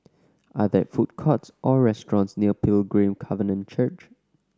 are there food courts or restaurants near Pilgrim Covenant Church